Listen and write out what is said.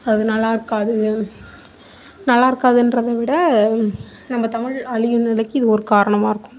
அது நல்லா இருக்காது நல்லா இருக்காதுன்றதை விட நம்ம தமிழ் அழியும் நிலைக்கு இது ஒரு காரணமாக இருக்கும்